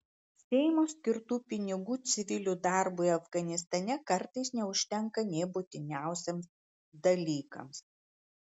seimo skirtų pinigų civilių darbui afganistane kartais neužtenka nė būtiniausiems dalykams